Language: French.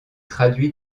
traduit